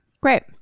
Great